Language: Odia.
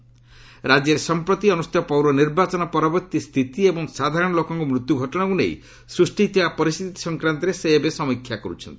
ରାକ୍ୟରେ ସଂପ୍ରତି ଅନୁଷ୍ଠିତ ପୌର ନିର୍ବାଚନ ପରବର୍ତ୍ତୀ ସ୍ଥିତି ଏବଂ ସାଧାରଣ ଲୋକଙ୍କ ମୃତ୍ୟୁ ଘଟଣାକୁ ନେଇ ସୃଷ୍ଟି ହୋଇଥିବା ପରିସ୍ଥିତି ସଂକ୍ରାନ୍ତରେ ଏବେ ସେ ସମୀକ୍ଷା କରୁଛନ୍ତି